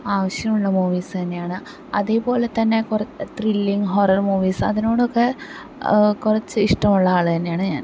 ആവശ്യമുള്ള മൂവീസ് തന്നെയാണ് അതേപോലെ തന്നെ കുറെ ത്രില്ലിംഗ് ഹൊറർ മൂവീസ് അതിനോടൊക്കെ കുറച്ച് ഇഷ്ട്ടമുള്ള ആള് തന്നെയാണ് ഞാൻ